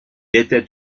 était